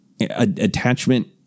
attachment